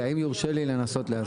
אם יורשה לי לנסות להסביר.